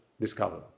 discover